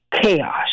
chaos